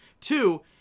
Two